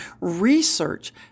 research